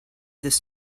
this